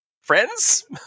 friends